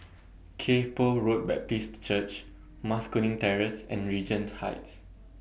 Kay Poh Road Baptist Church Mas Kuning Terrace and Regent Heights